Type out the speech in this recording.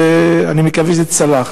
ואני מקווה שזה צלח.